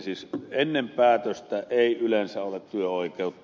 siis ennen päätöstä ei yleensä ole työoikeutta